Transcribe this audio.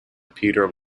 peter